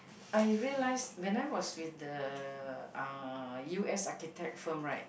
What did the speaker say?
I realize when I was with the uh U_S architect firm right